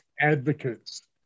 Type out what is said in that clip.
advocates